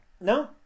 No